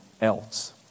else